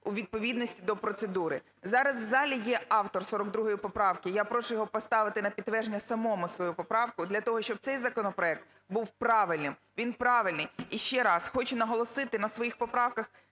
у відповідності до процедури. Зараз в залі є автор 42 поправки, я прошу його поставити на підтвердження самому свою поправку для того, щоб цей законопроект був правильним. Він правильний. І ще раз хочу наголосити на своїх поправках